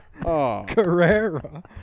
Carrera